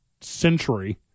century